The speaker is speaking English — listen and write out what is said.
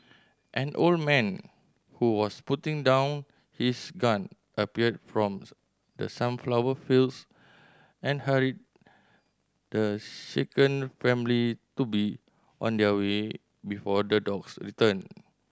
an old man who was putting down his gun appeared from the sunflower fields and hurried the shaken family to be on their way before the dogs return